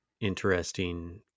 interesting